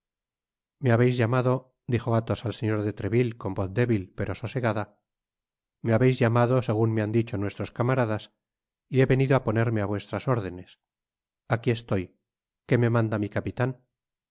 me habeis llamado dijo athos al señor de treville con voz débil pero sosegada me habeis llamado segun me han dicho nuestros camaradas y he venido á ponerme á vuestras órdenes aqui estoy qué me manda mi capitan